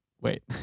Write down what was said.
Wait